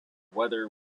whether